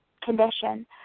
condition